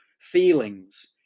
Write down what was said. feelings